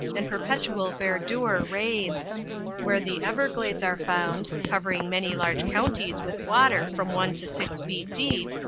and perpetual verdure reigns where the everglades are found, covering many large counties with water from one to six feet deep,